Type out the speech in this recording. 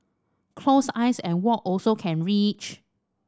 close eyes and walk also can reach